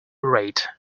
rate